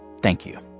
thank you